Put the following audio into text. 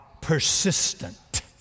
persistent